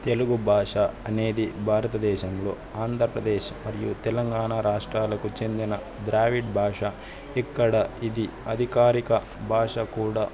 తెలుగు భాష అనేది భారతదేశంలో ఆంధ్రప్రదేశ్ మరియు తెలంగాణ రాష్ట్రాలకు చెందిన ద్రావిడ భాష ఇక్కడ ఇది అధికారిక భాష కూడా